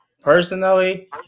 personally